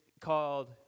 called